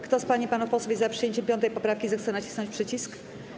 Kto z pań i panów posłów jest za przyjęciem 5. poprawki, zechce nacisnąć przycisk.